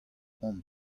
hon